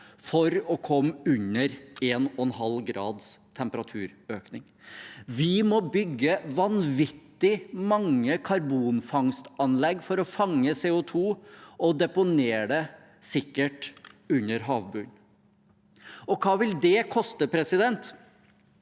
for å komme under 1,5 graders temperaturøkning. Vi må bygge vanvittig mange karbonfangstanlegg for å fange CO2 og deponere det sikkert under havbunnen. Hva vil det koste?